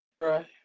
Right